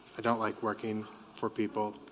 i don't like working for people